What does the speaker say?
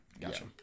Gotcha